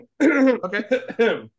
Okay